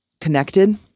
connected